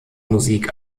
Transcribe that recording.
musik